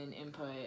input